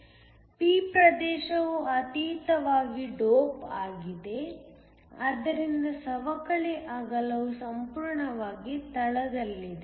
p ಪ್ರದೇಶವು ಅತೀವವಾಗಿ dope ಆಗಿದೆ ಆದ್ದರಿಂದ ಸವಕಳಿ ಅಗಲವು ಸಂಪೂರ್ಣವಾಗಿ ತಳದಲ್ಲಿದೆ